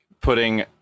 putting